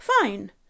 Fine